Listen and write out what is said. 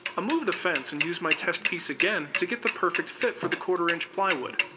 ah move the fence and use my test piece again to get the perfect fit for the quarter-inch plywood.